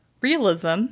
realism